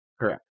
Correct